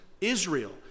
israel